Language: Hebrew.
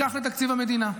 אנחנו ניקח לתקציב המדינה,